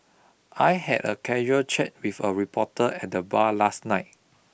I had a casual chat with a reporter at the bar last night